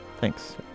Thanks